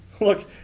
Look